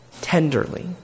tenderly